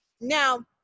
Now